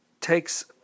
takes